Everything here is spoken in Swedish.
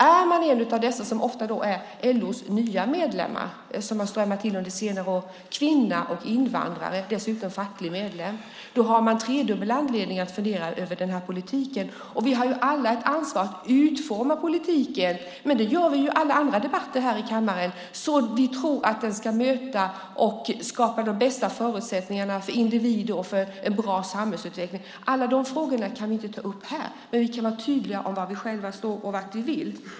Om man är en av de ofta nya medlemmar i LO, som har strömmat till under senare år, kvinna, invandrare och dessutom facklig medlem har man tredubbel anledning att fundera över den här politiken. Vi har alla ett ansvar för att utforma politiken - det gör vi ju i alla andra debatter här i kammaren - så att vi tror att den ska möta och skapa de bästa förutsättningarna för individen och en bra samhällsutveckling. Alla de frågorna kan vi inte ta upp här, men vi kan vara tydliga med var vi står och vart vi vill.